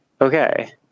Okay